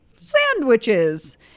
sandwiches